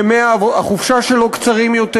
ימי החופשה שלו קצרים יותר.